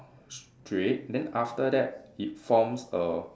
straight then after that it forms a